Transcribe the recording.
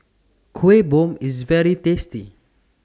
Kuih Bom IS very tasty